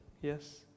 Yes